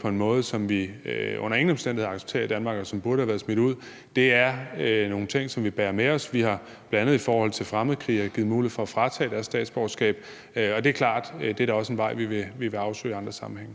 på en måde, vi under ingen omstændigheder accepterer i Danmark, og som burde have været smidt ud. Det er nogle ting, vi bærer med os. Vi har bl.a. i forhold til fremmedkrigere givet mulighed for at fratage dem deres statsborgerskab. Og det er da klart, at det også er en vej, vi vil afsøge i andre sammenhænge.